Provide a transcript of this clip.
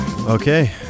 Okay